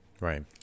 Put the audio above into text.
Right